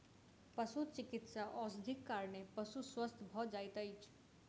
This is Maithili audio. पशुचिकित्सा औषधिक कारणेँ पशु स्वस्थ भ जाइत अछि